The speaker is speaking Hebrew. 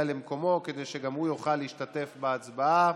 למקומו כדי שגם הוא יוכל להשתתף בהצבעה.